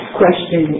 question